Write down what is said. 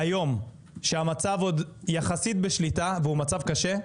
היום, שהמצב עוד יחסית בשליטה והוא מצב קשה,